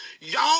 y'all